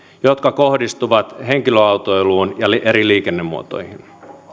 jotka kohdistuvat henkilöautoiluun ja eri liikennemuotoihin